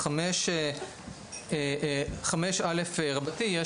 5א רבתי,